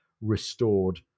restored